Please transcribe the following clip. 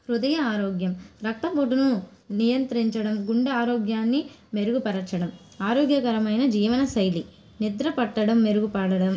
హృదయ ఆరోగ్యం రక్తపోటును నియంత్రించడం గుండె ఆరోగ్యాన్ని మెరుగుపరచడం ఆరోగ్యకరమైన జీవన శైలి నిద్ర పట్టడం మెరుగు పడడం